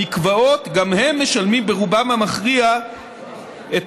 המקוואות גם הם משלמים ברובם המכריע את